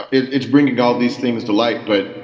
it's bringing all these things to light. but,